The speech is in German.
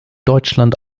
deutschland